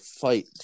Fight